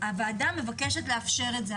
הוועדה מבקשת לאפשר את זה.